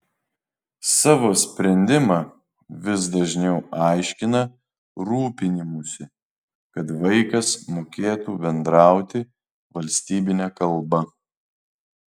savo sprendimą vis dažniau aiškina rūpinimųsi kad vaikas mokėtų bendrauti valstybine kalba